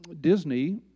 Disney